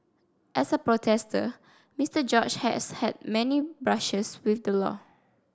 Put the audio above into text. as a protester Mister George has had many brushes with the law